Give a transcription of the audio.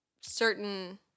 certain